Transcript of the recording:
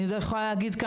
אני יכולה להגיד לך,